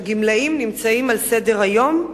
שהגמלאים נמצאים בה על סדר-היום.